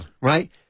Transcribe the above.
right